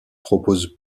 propose